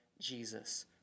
Jesus